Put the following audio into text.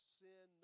sin